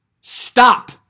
Stop